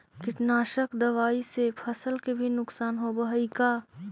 कीटनाशक दबाइ से फसल के भी नुकसान होब हई का?